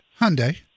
Hyundai